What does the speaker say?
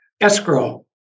Escrow